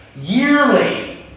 yearly